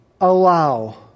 allow